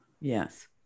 yes